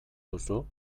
duzu